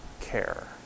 care